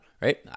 Right